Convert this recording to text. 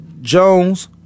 Jones